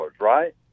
right